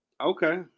Okay